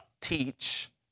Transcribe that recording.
teach